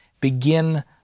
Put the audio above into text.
begin